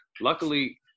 luckily